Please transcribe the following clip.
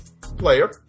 player